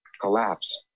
collapse